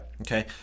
Okay